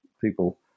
people